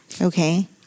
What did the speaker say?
Okay